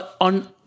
On